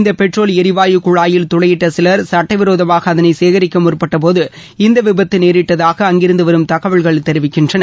இந்த பெட்ரோல் எரிவாயு குழாயில் துளையிட்ட சிலர் சட்டவிரோதமாக அதனை சேகரிக்க முற்பட்டபோது இந்த விபத்து நேரிட்டதாக அங்கிருந்து வரும் தகவல்கள் தெரிவிக்கின்றன